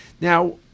Now